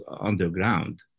underground